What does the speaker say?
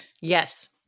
Yes